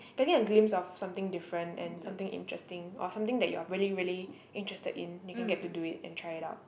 getting a glimpse of something different and something interesting or something that you're really really interested in you can get to do it and try it out